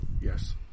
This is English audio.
Yes